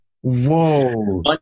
Whoa